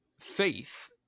faith